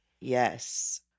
yes